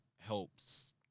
helps